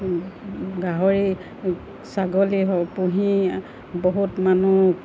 গাহৰি ছাগলী হওক পুহি বহুত মানুহ